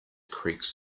creaks